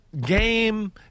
game